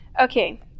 Okay